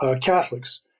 Catholics